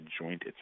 joint